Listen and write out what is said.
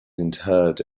interred